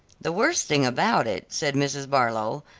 the worst thing about it, said mrs. barlow,